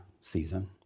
season